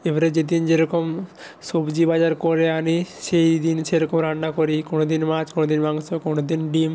এবারে যেদিন যে রকম সবজি বাজার করে আনি সেই দিন সেরকম রান্না করি কোনোদিন মাছ কোনোদিন মাংস কোনোদিন ডিম